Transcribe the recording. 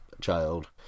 child